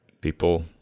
People